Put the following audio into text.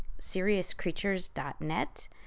seriouscreatures.net